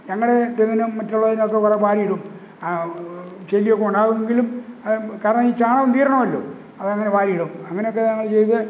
ഞങ്ങള് തെങ്ങിനും മറ്റുള്ളതിനുമൊക്കെ കുറേ വാരിയിടും ചെല്ലിയൊക്കെ ഉണ്ടാകുമെങ്കിലും കാരണം ഈ ചാണകം തീരണമല്ലോ അതങ്ങനെ വാരിയിടും അങ്ങനെയൊക്കെ ഞങ്ങള് ചെയ്ത്